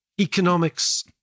economics